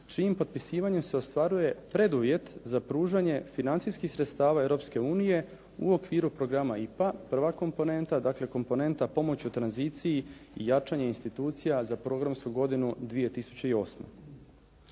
čijim potpisivanjem se ostvaruje preduvjet za pružanje financijskih sredstava Europske unije u okviru programa IPA prva komponenta, dakle komponenta Pomoć u tranziciji i jačanje institucija za programsku godinu 2008.